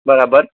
બરાબર